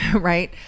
Right